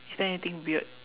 is there anything weird